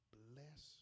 bless